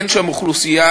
אין שם אוכלוסייה,